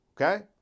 Okay